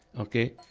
ok?